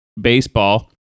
Baseball